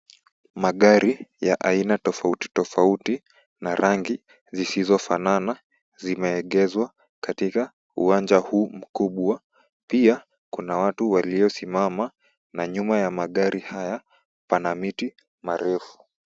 Magari ya aina tofauti tofauti na rangi zisizofanana zimeegezwa katika uwanja huu mkubwa pia kuna watu waliosimama na nyuma ya magari haya pana miti marefu.